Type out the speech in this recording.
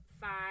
five